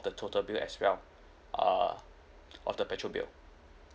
the total bill as well err of the petrol bill